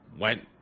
went